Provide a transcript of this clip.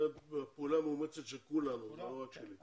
זו פעולה מאומצת של כולנו, לא רק שלי.